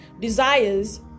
desires